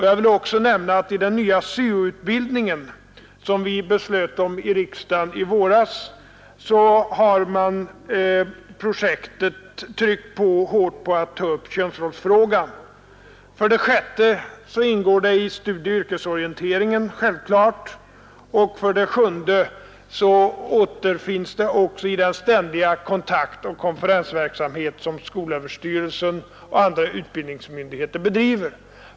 Jag vill också nämna att när det gäller den syo-utbildning som riksdagen i våras beslutade om har man i projektet hårt tryckt på att ta upp könsrollsfrågan. För det sjätte ingår i projektet självklart studieoch Nr 42 yrkesorienteringen och för det sjunde återfinns det också i den ständiga Torsdagen den kontakt — och konferensverksamhet, som skolöverstyrelsen och andra 16 mars 1972 utbildningsmyndigheter bedriver.